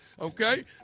okay